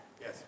Yes